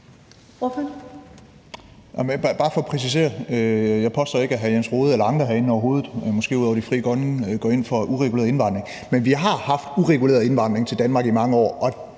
overhovedet ikke, at hr. Jens Rohde eller andre herinde, måske ud over Frie Grønne, går ind for en ureguleret indvandring. Men vi har haft en ureguleret indvandring til Danmark i mange år,